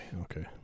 okay